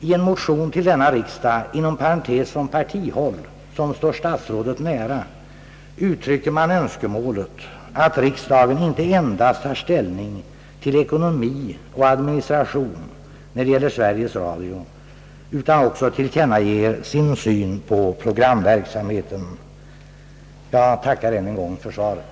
I en motion till denna riksdag, inom parentes från partihåll som står statsrådet nära, uttrycks önskemål, att riksdagen inte endast tar ställning till ekonomi och administration, när det gäller Sveriges Radio, utan också ger till känna sin syn på programverksamheten. Jag tackar än en gång för svaret.